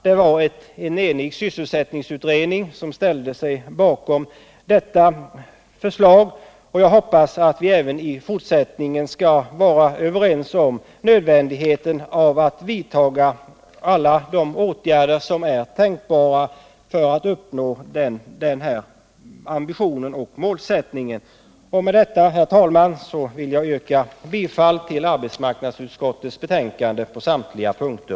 Det var en enig sysselsättningsutredning som ställde sig bakom det förslaget, och jag hoppas att vi även i fortsättningen skall vara överens om nödvändigheten av att vidta alla de åtgärder som är tänkbara för att uppnå den målsättningen. Med detta, herr talman, vill jag yrka bifall till arbetsmarknadsutskottets hemställan på samtliga punkter.